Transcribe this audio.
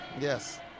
Yes